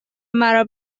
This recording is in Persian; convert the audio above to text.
مرا